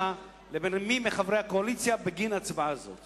לבין מי מחברי הקואליציה בגין הצבעה זו,